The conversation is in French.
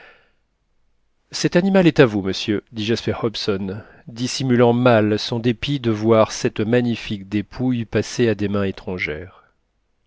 cet animal est à vous monsieur dit jasper hobson dissimulant mal son dépit de voir cette magnifique dépouille passer à des mains étrangères